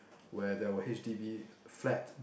where there were H_D_B flat